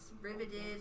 riveted